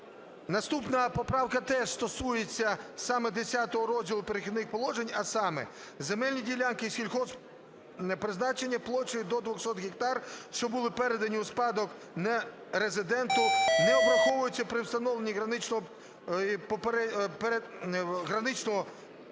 Наступна поправка теж стосується саме десятого розділу "Перехідних положень", а саме: "Земельні ділянки сільгосппризначення площею до 200 гектар, що були передані у спадок нерезиденту, не обраховуються при встановленні граничного при